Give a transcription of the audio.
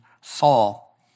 Saul